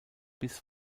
bis